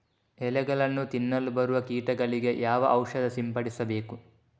ಎಲೆಗಳನ್ನು ತಿನ್ನಲು ಬರುವ ಕೀಟಗಳಿಗೆ ಯಾವ ಔಷಧ ಸಿಂಪಡಿಸಬೇಕು?